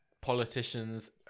politicians